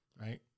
right